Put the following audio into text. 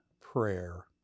prayer